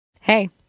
Hey